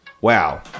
Wow